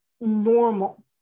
normal